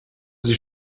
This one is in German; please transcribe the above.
sie